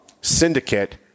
syndicate